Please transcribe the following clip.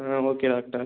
ah okay doctor